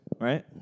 Right